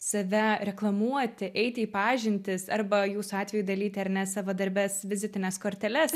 save reklamuoti eiti į pažintis arba jūsų atveju dalyti ar ne savadarbes vizitines korteles